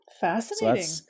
Fascinating